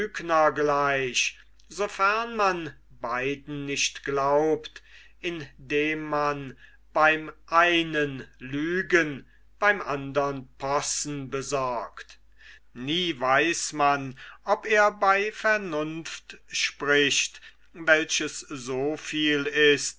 gleich sofern man beiden nicht glaubt indem man beim einen lügen beim andern possen besorgt nie weiß man ob er bei vernunft spricht welches so viel ist